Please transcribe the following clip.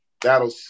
that'll